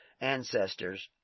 ancestors